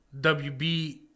WB